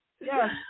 Yes